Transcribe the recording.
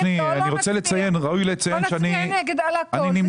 או שנצביע נגד על הכול.